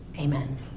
Amen